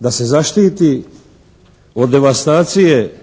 da se zaštiti od devastacije